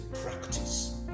practice